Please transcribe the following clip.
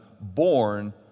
born